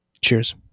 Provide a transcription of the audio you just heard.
Cheers